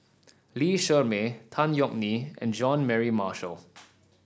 Lee Shermay Tan Yeok Nee and John Mary Marshall